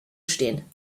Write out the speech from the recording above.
stehen